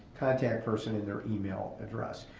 contact person, and their email address.